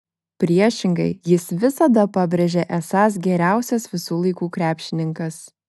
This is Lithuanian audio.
priešingai jis visada pabrėžia esąs geriausias visų laikų krepšininkas